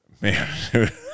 Man